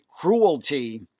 cruelty